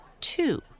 two